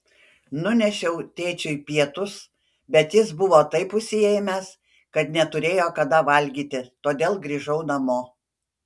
nunešiau tėčiui pietus bet jis buvo taip užsiėmęs kad neturėjo kada valgyti todėl grįžau namo